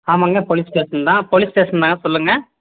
ஆமாங்க police station தான் police station தான்ங்க சொல்லுங்கள்